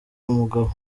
umugabo